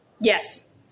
Yes